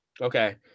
Okay